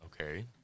Okay